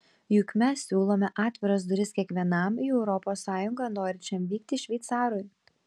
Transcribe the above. juk mes siūlome atviras duris kiekvienam į europos sąjungą norinčiam vykti šveicarui